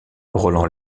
roland